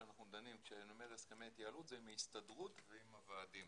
כשאני אומר הסכמי התייעלות זה מהסדרות ועם הוועדים.